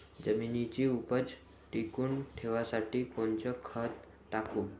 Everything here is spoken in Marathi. जमिनीची उपज टिकून ठेवासाठी कोनचं खत टाकू?